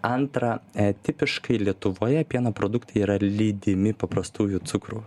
antra tipiškai lietuvoje pieno produktai yra lydimi paprastųjų cukrų